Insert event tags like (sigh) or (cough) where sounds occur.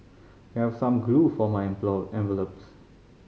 can I have some glue for my (unintelligible) envelopes